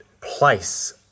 place